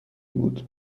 بود